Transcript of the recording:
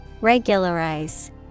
Regularize